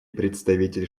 представитель